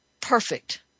perfect